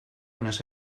més